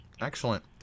excellent